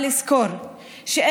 הטלפון שלי לא חכם כמוך.